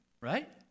right